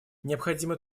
необходимо